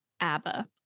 ABBA